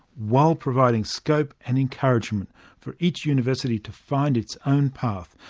while providing scope and encouragement for each university to find its own path,